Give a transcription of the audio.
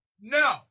No